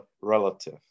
relative